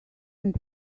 and